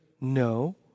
no